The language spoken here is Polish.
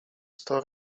sto